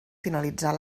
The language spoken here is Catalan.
finalitzar